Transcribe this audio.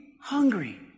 hungry